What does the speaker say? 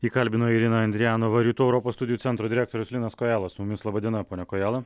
jį kalbino irina andrijanova rytų europos studijų centro direktorius linas kojala su mumis laba diena pone kojala